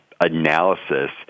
analysis